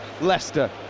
Leicester